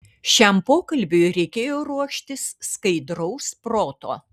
šiam pokalbiui reikėjo ruoštis skaidraus proto